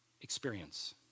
experience